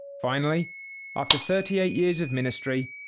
finally after thirty eight years of ministry,